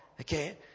Okay